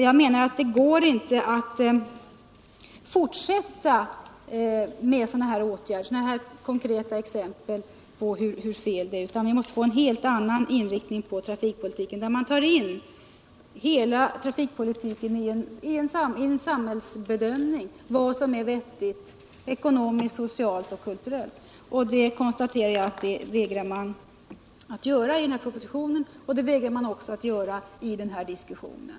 Jag menar att vi inte får fortsätta att vidta sådana åtgärder som i detta konkreta exempel, utan att vi måste få en helt annan inriktning på trafikpolitiken. Man måste ta in hela trafikpolitiken i en samhällsbedömning med hänsyn till vad som är vettigt ekonomiskt, socialt och kulturellt. Jag konstaterar att det vägrar man att göra i propositionen. Och det vägrar man också att göra i den här diskussionen.